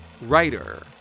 Writer